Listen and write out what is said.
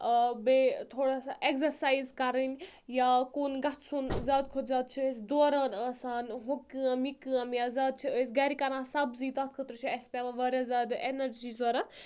بیٚیہِ تھوڑا سا ایٚکزَرسایِز کَرٕنۍ یا کُن گژھُن زیادٕ کھۄتہٕ زیادٕ چھِ أسۍ دوران آسان ہُم یہِ کٲم یا زیادٕ چھِ أسۍ گَرِ کَران سَبزی تَتھ خٲطرٕ چھِ اَسہِ پیٚوان واریاہ زیادٕ ایٚنَرجی ضوٚرَتھ